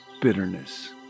bitterness